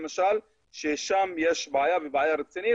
שם יש בעיה רצינית.